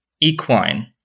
Equine